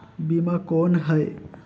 बीमा कौन है?